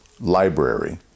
library